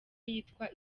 yitwa